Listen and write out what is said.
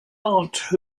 aunt